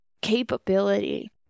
capability